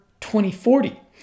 2040